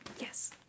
yes